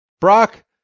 Brock